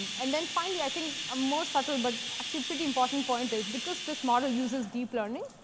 and then finally, i think a more subtle but actually pretty important point is because this model uses deep learning,